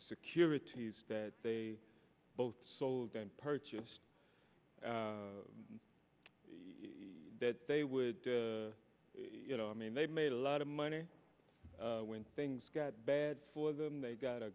securities that they both sold purchased the that they would you know i mean they made a lot of money when things got bad for them they got a